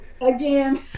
again